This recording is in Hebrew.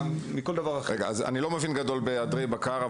אני לא מבין גדול בעדרי בקר.